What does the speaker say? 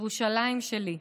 ירושלים שלי,